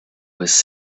was